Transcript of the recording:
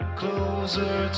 closer